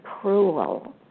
cruel